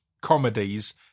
comedies